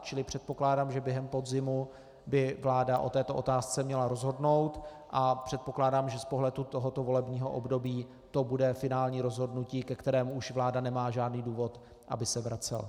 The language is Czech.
Čili předpokládám, že během podzimu by vláda o této otázce měla rozhodnout, a předpokládám, že z pohledu tohoto volebního období to bude finální rozhodnutí, ke kterému už vláda nemá žádný důvod, aby se vracela.